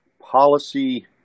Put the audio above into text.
policy